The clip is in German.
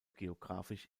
geographisch